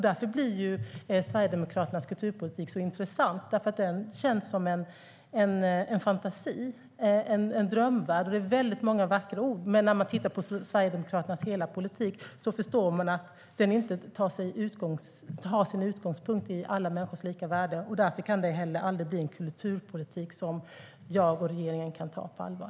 Därför blir Sverigedemokraternas kulturpolitik så intressant. Den känns som en fantasi. Det är en drömvärld med många vackra ord, men när man tittar på Sverigedemokraternas hela politik förstår man att den inte har sin utgångspunkt i alla människors lika värde. Därför kan det heller aldrig bli en kulturpolitik som jag och regeringen kan ta på allvar.